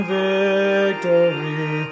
victory